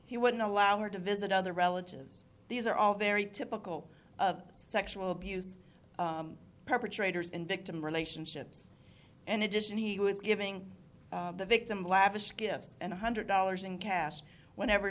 he wouldn't allow her to visit other relatives these are all very typical of sexual abuse perpetrators and victim relationships and edition he was giving the victim lavish gifts and one hundred dollars in cash whenever